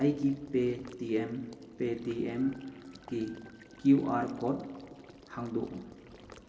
ꯑꯩꯒꯤ Paytm Paytm ꯀꯤ Q R code ꯍꯥꯡꯗꯣꯛꯎ